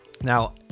Now